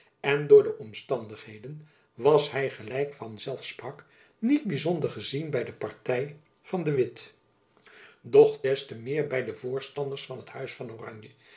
en door de omstandigheden was hy jacob van lennep elizabeth musch gelijk van zelfs sprak niet byzonder gezien by de party van de witt doch des te meer by de voorstanders van het huis van oranje